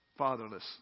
fatherless